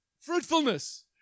fruitfulness